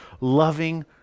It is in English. Loving